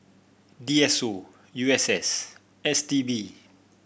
D S O U S S S T B